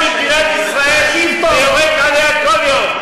אתה חי ממדינת ישראל, ויורק עליה כל יום.